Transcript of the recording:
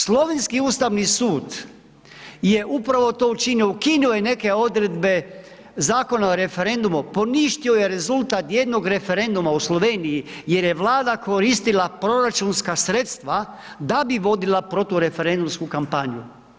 Slovenski Ustavni sud je upravo to učinio, ukinuo je neke odredbe Zakona o referendumu, poništio je rezultat jednog referenduma u Sloveniji jer je Vlada koristila proračunska sredstva da bi vodila protureferendumsku kampanju.